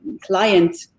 client